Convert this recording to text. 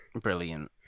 Brilliant